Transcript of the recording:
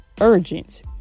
urgent